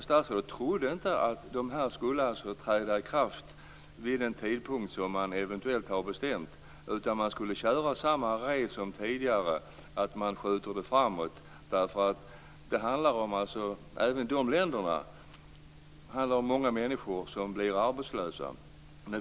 Statsrådet trodde alltså inte att avtalen skall träda i kraft vid den tidpunkt man eventuellt har bestämt, utan man skall köra samma race som tidigare och skjuta det framåt eftersom det även i de länderna handlar om många människor som blir arbetslösa.